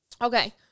Okay